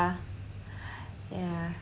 ya yeah